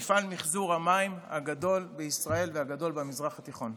מפעל מחזור המים הגדול בישראל והגדול במזרח התיכון.